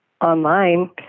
online